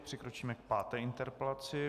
Přikročíme k páté interpelaci.